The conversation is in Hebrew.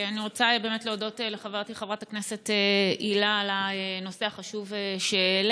אני רוצה להודות לחברתי חברת הכנסת הילה על הנושא החשוב שהעלית.